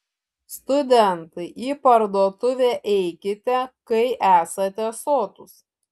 studentai į parduotuvę eikite kai esate sotūs